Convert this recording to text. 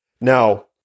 Now